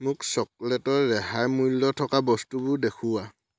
মোক চকলেটৰ ৰেহাই মূল্য থকা বস্তুবোৰ দেখুওৱা